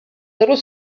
little